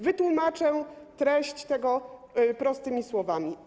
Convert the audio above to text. Wytłumaczę treść tego prostymi słowami.